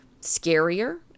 scarier